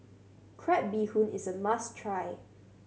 crab bee hoon is a must try